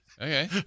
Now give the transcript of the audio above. Okay